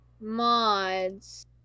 mods